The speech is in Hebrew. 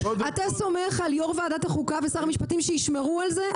אתה סומך על יו"ר ועדת החוקה ושר המשפטים שישמרו על זה?